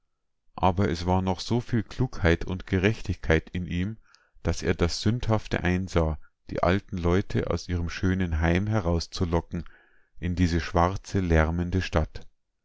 aber es war noch so viel klugheit und gerechtigkeit in ihm daß er das sündhafte einsah die alten leute aus ihrem schönen heim herauszulocken in diese schwarze lärmende stadt